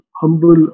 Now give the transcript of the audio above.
humble